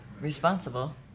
responsible